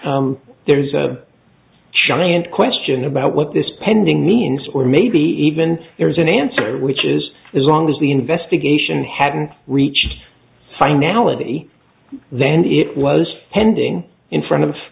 there's a giant question about what this pending means or maybe even it was an answer which is as long as the investigation hadn't reached finality then it was pending in front of